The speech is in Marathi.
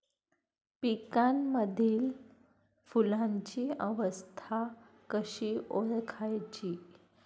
पिकांमधील फुलांची अवस्था कशी ओळखायची?